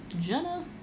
Jenna